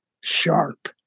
sharp